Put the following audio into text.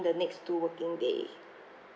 the next two working day